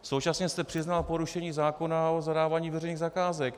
Současně jste přiznal porušení zákona o zadávání veřejných zakázek.